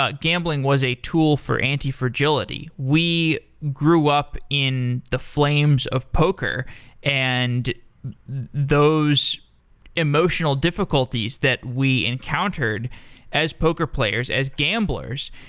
ah gambling was a tool for antifragility. we grew up in the flames of poker and those emotional difficulties that we encountered as poker players as gamblers,